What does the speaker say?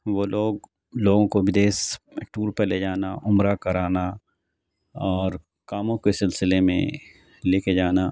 وہ لوگ لوگوں کو بدیس ٹور پہ لے جانا عمرہ کرانا اور کاموں کے سلسلے میں لے کے جانا